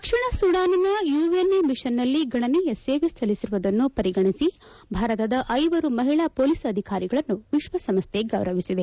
ದಕ್ಷಿಣ ಸುಡಾನ್ನ ಯುಎನ್ ಮಿಷನ್ನಲ್ಲಿ ಗಣನೀಯ ಸೇವೆ ಸಲ್ಲಿಸಿರುವುದನ್ನು ಪರಿಗಣಿಸಿ ಭಾರತದ ಐವರು ಮಹಿಳಾ ಮೊಲೀಸ್ ಅಧಿಕಾರಿಗಳನ್ನು ವಿಶ್ವಸಂಸ್ಥೆ ಗೌರವಿಸಿದೆ